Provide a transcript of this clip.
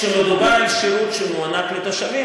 כשמדובר על שירות שמוענק לתושבים,